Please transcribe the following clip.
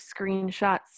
screenshots